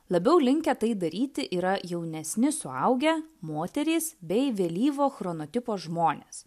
labiau linkę tai daryti yra jaunesni suaugę moterys bei vėlyvo chrono tipo žmonės